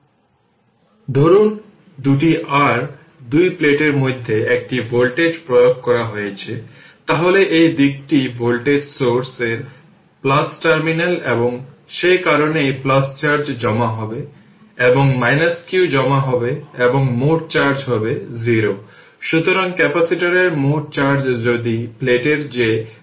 সুতরাং এই 1 Ω এবং 4 Ω তারা প্যারালালি ওপেন থাকলে কি হবে তার মানে তাদের ইকুইভ্যালেন্ট রেজিস্টর হবে 1 4 1 4 08 Ω এবং এর সাথে এই 2 Ω রেজিস্টর সিরিজে রয়েছে